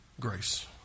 grace